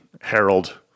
Harold